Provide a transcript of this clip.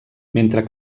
mentre